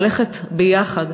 ללכת ביחד.